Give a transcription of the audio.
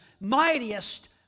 mightiest